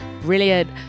brilliant